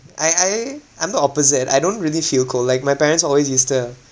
I I'm the opposite I don't really feel cold like my parents always use the